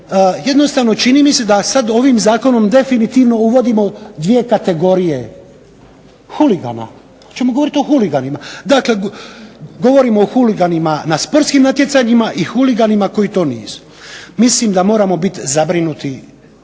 jednostavno čini mi se da sad ovim zakonom definitivno uvodimo dvije kategorije huligana, pa ćemo govoriti o huliganima. Dakle, govorimo o huliganima na sportskim natjecanjima i huliganima koji to nisu. Mislim da moramo biti zabrinuti